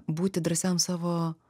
būti drąsiam savo